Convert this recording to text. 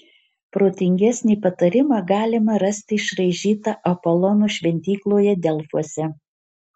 protingesnį patarimą galima rasti išraižytą apolono šventykloje delfuose